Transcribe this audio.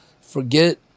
forget